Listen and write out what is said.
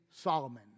Solomon